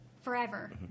forever